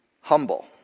Humble